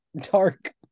dark